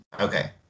okay